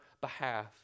behalf